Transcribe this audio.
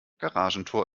garagentor